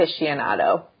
aficionado